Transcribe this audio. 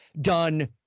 done